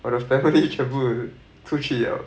我的 family 全部出去了